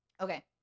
Okay